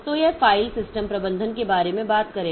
तो यह file system प्रबंधन के बारे में बात करेगा